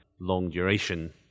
long-duration